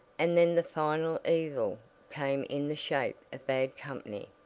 and then the final evil came in the shape of bad company.